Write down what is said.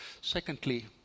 Secondly